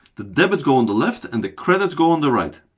the debits go on the left and the credits go on the right.